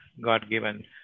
God-given